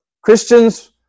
Christians